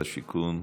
שרת השיכון.